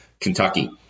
Kentucky